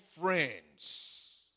friends